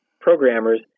programmers